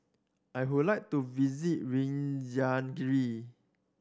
I would like to visit Reykjavik